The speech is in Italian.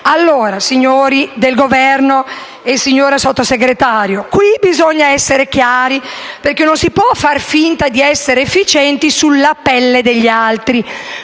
Allora, signori del Governo e signora Sottosegretario, qui bisogna essere chiari, perché non si può far finta di essere efficienti sulla pelle degli altri,